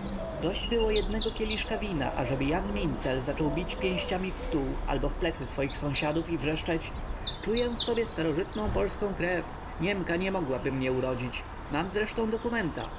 dość było jednego kieliszka wina ażeby jan mincel zaczął bić pięściami w stół albo w plecy swoich sąsiadów i wrzeszczeć czuję w sobie starożytną polską krew niemka nie mogłaby mnie urodzić mam zresztą dokumenta